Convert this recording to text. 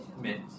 Mint